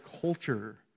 culture